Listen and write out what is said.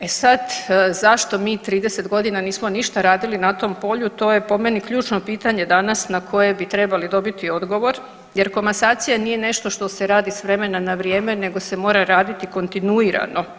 E sad, zašto mi 30 godina nismo ništa radili na tom polju to je po meni ključno pitanje danas na koje bi trebali dobiti odgovor, jer komasacija nije nešto što se radi s vremena na vrijeme nego se mora raditi kontinuirano.